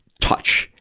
touch.